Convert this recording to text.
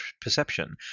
perception